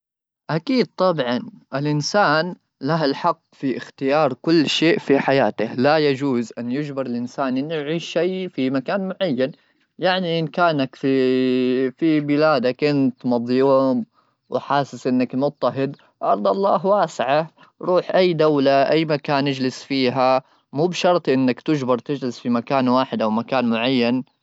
اكيد طبعا الانسان له الحق في اختيار كل شيء في حياته لا يجوز ان يجبر الانسان ان يعيش شيء في مكان معين ,يعني ان كانك في بلادك انت مضيوم وحاسس انك مضطهد ارض الله واسعه روح اي دوله اي مكان نجلس فيها مو بشرط انك تجبر تجلس في مكان واحد او مكان معين.